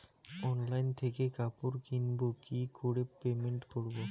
Online থেকে কাপড় কিনবো কি করে পেমেন্ট করবো?